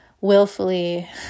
willfully